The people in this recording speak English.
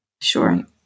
Sure